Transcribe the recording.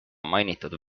mainitud